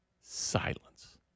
silence